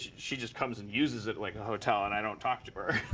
she just comes and uses it like a hotel, and i don't talk to her.